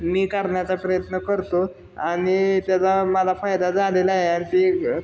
मी करण्याचा प्रयत्न करतो आणि त्याचा मला फायदा झालेला आहे आणि ती